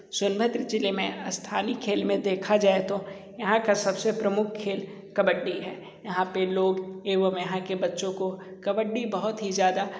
सोनभद्र ज़िले में स्थानीय खेल में देखा जाए तो यहाँ का सबसे प्रमुख खेल कबड्डी है यहाँ पर लोग एवं यहाँ के बच्चों को कबड्डी बहुत ही ज़्यादा